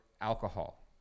alcohol